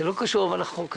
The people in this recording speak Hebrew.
אבל זה לא קשור לחוק הזה.